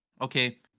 okay